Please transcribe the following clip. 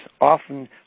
often